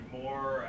more